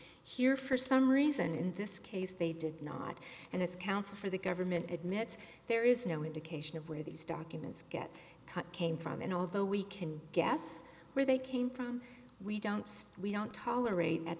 here for some reason in this case they did not and as counsel for the government admits there is no indication of where these documents get cut came from and although we can guess where they came from we don't split don't tolerate at